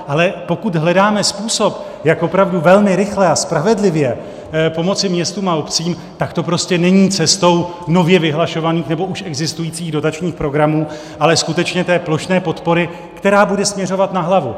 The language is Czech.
Ale pokud hledáme způsob, jak opravdu velmi rychle a spravedlivě pomoci městům a obcím, tak to prostě není cestou nově vyhlašovaných nebo už existujících dotačních programů, ale skutečně té plošné podpory, která bude směřovat na hlavu.